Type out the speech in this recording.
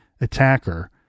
attacker